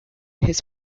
his